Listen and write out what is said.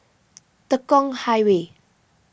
Tekong Highway